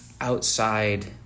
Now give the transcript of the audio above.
outside